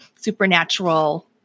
supernatural